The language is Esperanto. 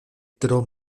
tro